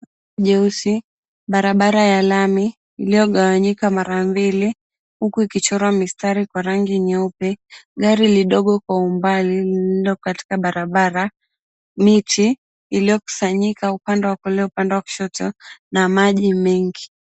Nyeusi barabara ya lami iliyogawanyika mara mbili huku ikichorwa mistari kwa rangi nyeupe, gari lidogo kwa umbali lililo katika barabara, miti iliyokusanyika upande wa kulia, upande wa kushoto na maji mengi.